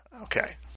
okay